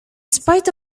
spite